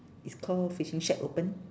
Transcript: is call fishing shack open